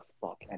fuck